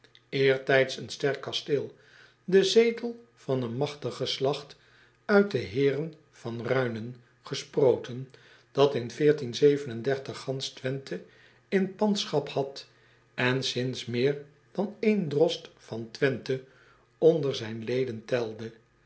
eertijds een sterk kasteel de zetel van een magtig geslacht uit de eeren van uinen gesproten dat in gansch wenthe in pandschap had en sints meer dan één drost van wenthe onder zijn leden telde